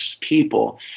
people